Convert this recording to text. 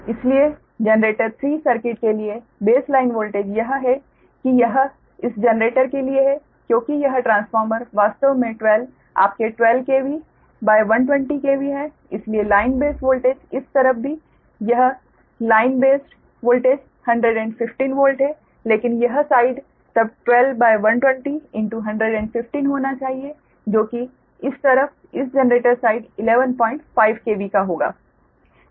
इसलिए generator 3 circuit के लिए बेस लाइन वोल्टेज यह है कि यह इस जनरेटर के लिए है क्योंकि यह ट्रांसफार्मर वास्तव में 12 आपके 12 KV120 KV है लेकिन लाइन बेस वोल्टेज इस तरफ भी यह लाइन बेस्ड वोल्टेज 115 वोल्ट है लेकिन यह साइड तब 12 120 115 होना चाहिए जो कि इस तरफ इस जनरेटर साइड 115 KV का होगा